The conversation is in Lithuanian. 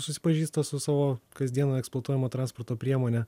susipažįsta su savo kasdien eksploatuojama transporto priemone